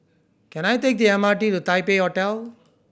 can I take the M R T to Taipei Hotel